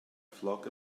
flock